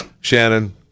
Shannon